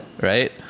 right